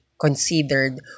considered